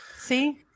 See